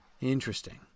Interesting